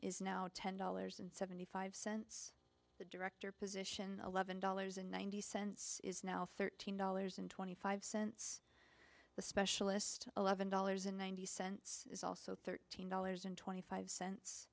is now ten dollars and seventy five cents the director position eleven dollars and ninety cents is now thirteen dollars and twenty five cents a specialist eleven dollars and ninety cents is also thirteen dollars and twenty five cents